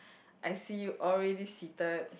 I see already seated